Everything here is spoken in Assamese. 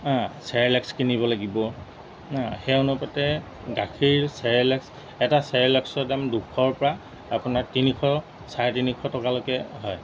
চেৰেলেক্স কিনিব লাগিব সেই অনুপাতে গাখীৰ চেৰেলেক্স এটা চেৰেলক্সৰ দাম দুশৰপৰা আপোনাৰ তিনিশ চাৰে তিনিশ টকালৈকে হয়